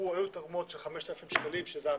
היו תרומות של 5,000 שקלים שזה המקסימום,